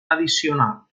addicional